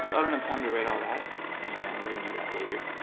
i don't have time to write all that and we're gonna do that later.